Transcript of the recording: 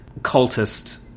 cultist